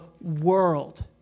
world